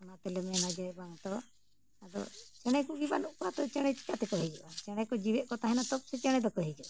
ᱚᱱᱟ ᱛᱮᱞᱮ ᱢᱮᱱᱟ ᱡᱮ ᱵᱟᱝ ᱛᱳ ᱟᱫᱚ ᱪᱮᱬᱮ ᱠᱚᱜᱮ ᱵᱟᱹᱱᱩᱜ ᱠᱚᱣᱟ ᱛᱳ ᱪᱮᱬᱮ ᱪᱮᱠᱟᱛᱮᱠᱚ ᱦᱤᱡᱩᱜᱼᱟ ᱪᱮᱬᱮ ᱠᱚ ᱡᱤᱣᱮᱫ ᱠᱚ ᱛᱟᱦᱮᱱᱟ ᱛᱚᱵ ᱥᱮ ᱪᱮᱬᱮ ᱫᱚᱠᱚ ᱦᱤᱡᱩᱜᱼᱟ